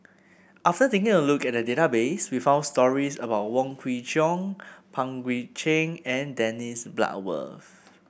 after taking a look at the database we found stories about Wong Kwei Cheong Pang Guek Cheng and Dennis Bloodworth